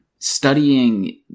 Studying